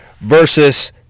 versus